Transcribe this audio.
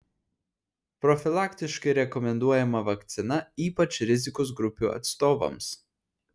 profilaktiškai rekomenduojama vakcina ypač rizikos grupių atstovams